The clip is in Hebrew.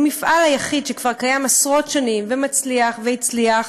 אם המפעל היחיד שכבר קיים עשרות שנים ומצליח והצליח,